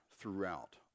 throughout